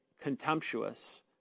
contemptuous